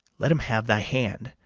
let him have thy hand,